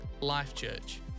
Life.Church